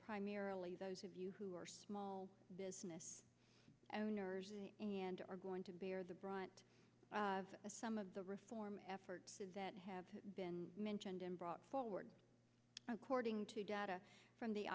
primarily those of you who are small business owners and are going to bear the brunt of some of the reform efforts that have been mentioned and brought forward according to data from the